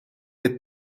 qed